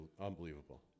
unbelievable